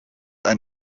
ein